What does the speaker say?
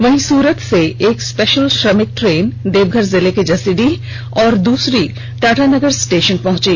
वहीं सूरत से एक स्पेषल श्रमिक ट्रेन देवघर जिले के जसीडीह और दूसरी ट्रेन टाटानगर स्टेषन पहुंची